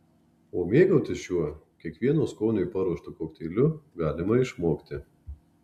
o mėgautis šiuo kiekvieno skoniui paruoštu kokteiliu galima išmokti